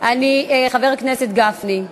חבר הכנסת גפני,